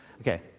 Okay